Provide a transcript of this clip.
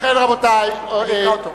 אני אקרא אותו.